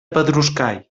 pedruscall